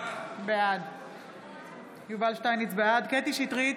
בעד קטי קטרין שטרית,